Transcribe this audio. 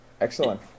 Excellent